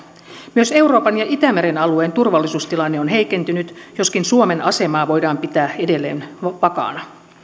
myös euroopan ja itämeren alueen turvallisuustilanne on heikentynyt joskin suomen asemaa voidaan pitää edelleen vakaana